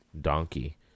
donkey